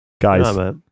Guys